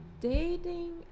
dating